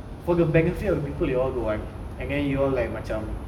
for the benefit of the people you all don't want then you all macam